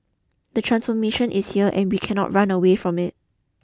the transformation is here and we cannot run away from it